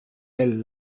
elle